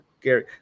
Gary